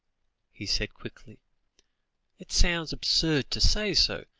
he said quickly it sounds absurd to say so,